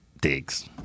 digs